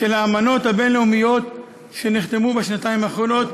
של האמנות הבין-לאומיות שנחתמו בשנתיים האחרונות